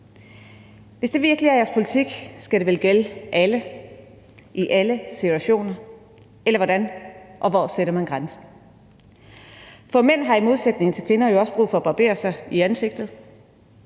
Hvis det virkelig er jeres politik, skal det vel gælde alle i alle situationer, eller hvordan? Og hvor sætter man grænsen? For mænd har i modsætning til kvinder jo også brug for at barbere sig i ansigtet.